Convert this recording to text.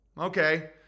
Okay